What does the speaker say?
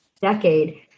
decade